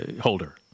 holder